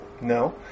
No